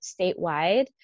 statewide